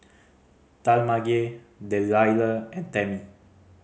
Talmage Dellia and Tami